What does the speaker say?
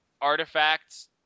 artifacts